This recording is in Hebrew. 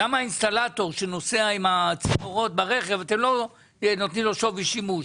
למה אינסטלטור שנוסע עם הצינורות ברכב אתם לא נותנים לו שווי שימוש,